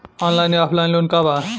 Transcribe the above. Online या offline loan का बा?